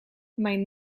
mijn